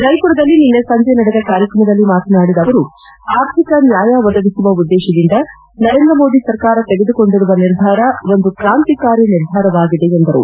ಜೈಪುರದಲ್ಲಿ ನಿನ್ನೆ ಸಂಜೆ ನಡೆದ ಕಾರ್ಯಕ್ರಮದಲ್ಲಿ ಮಾತನಾಡಿದ ಅವರು ಆರ್ಥಿಕ ನ್ಯಾಯ ಒದಗಿಸುವ ಉದ್ದೇಶದಿಂದ ನರೇಂದ್ರ ಮೋದಿ ಸರ್ಕಾರ ತೆಗೆದುಕೊಂಡಿರುವ ನಿರ್ಧಾರ ಒಂದು ಕ್ರಾಂತಿಕಾರಿ ನಿರ್ಧಾರವಾಗಿದೆ ಎಂದರು